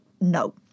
no